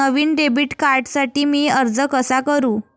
नवीन debit कार्डसाठी मी अर्ज कसा करू?